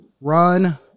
run